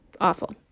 awful